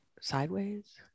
sideways